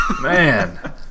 Man